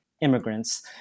immigrants